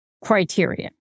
criteria